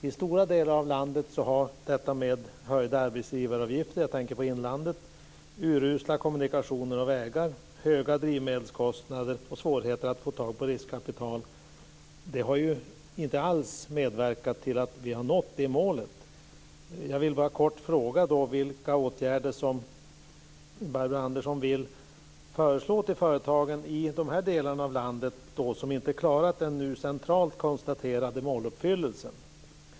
I stora delar av landet - jag tänker på inlandet - har detta med höjd arbetsgivaravgift, urusla kommunikationer och vägar, höga drivmedelskostnader och svårigheter att få fram riskkapital inte alls medverkat till att man har nått det målet. Jag vill för det första fråga vilka åtgärder som Barbro Andersson Öhrn vill föreslå företagen som i dessa delar av landet inte klarat det centralt formulerade måluppfyllelsen.